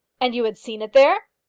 and you had seen it there?